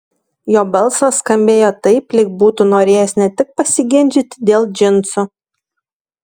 jo balsas skambėjo taip lyg būtų norėjęs ne tik pasiginčyti dėl džinsų